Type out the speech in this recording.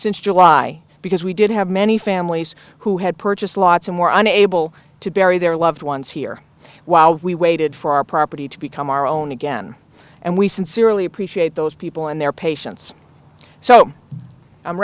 july because we did have many families who had purchased lots and were unable to bury their loved ones here while we waited for our property to become our own again and we sincerely appreciate those people and their patience so i'm